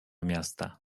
miasta